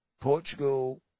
Portugal